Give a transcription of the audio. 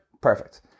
Perfect